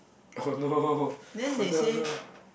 oh no no no no